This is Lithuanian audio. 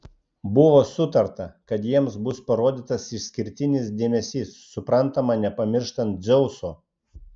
buvo sutarta kad jiems bus parodytas išskirtinis dėmesys suprantama nepamirštant dzeuso